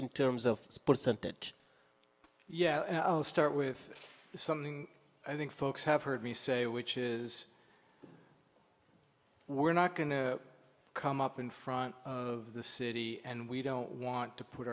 in terms of percentage yeah i'll start with something i think folks have heard me say which is we're not going to come up in front of the city and we don't want to put